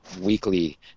weekly